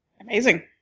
amazing